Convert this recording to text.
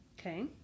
Okay